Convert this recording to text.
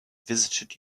visited